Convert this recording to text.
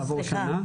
שנים?